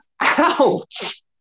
ouch